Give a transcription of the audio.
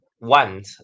want